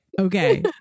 Okay